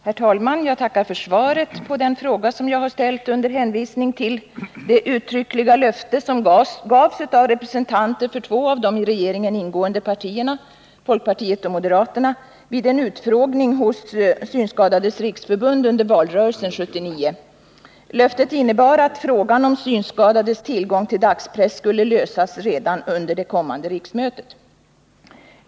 Herr talman! Jag tackar för svaret på den fråga som jag har ställt under hänvisning till det uttryckliga löfte som gavs av representanter för två av de i regeringen ingående partierna, folkpartiet och moderaterna, vid en utfrågning hos Synskadades riksförbund under valrörelsen 1979. Löftet innebar att frågan om synskadades tillgång till dagspress skulle lösas redan under det kommande riksmötet.